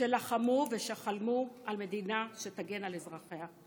שלחמו ושחלמו על מדינה שתגן על אזרחיה.